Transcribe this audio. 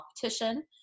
competition